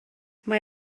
mae